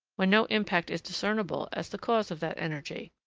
when no impact is discernible as the cause of that energy.